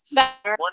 better